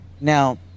Now